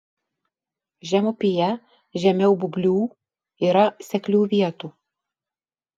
žemupyje žemiau būblių yra seklių vietų